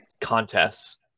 contests